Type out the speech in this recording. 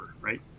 right